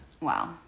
Wow